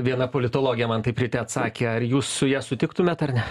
viena politologė man taip ryte atsakė ar jūs su ja sutiktumėt ar ne